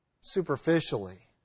superficially